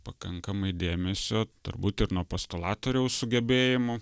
pakankamai dėmesio turbūt ir nuo postolatoriaus sugebėjimo